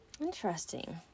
Interesting